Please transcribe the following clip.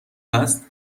است